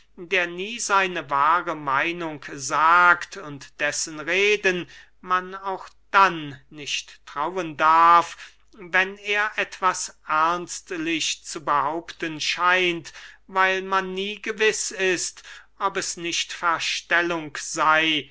der nie seine wahre meinung sagt und dessen reden man auch dann nicht trauen darf wenn er etwas ernstlich zu behaupten scheint weil man nie gewiß ist ob es nicht verstellung sey